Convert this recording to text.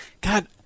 God